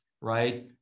right